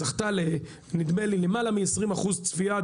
היא זכתה נדמה לי בלמעלה מ-20% צפייה,